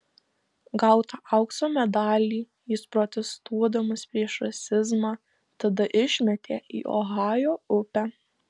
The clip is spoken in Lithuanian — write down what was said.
gautą aukso medalį jis protestuodamas prieš rasizmą tada išmetė į ohajo upę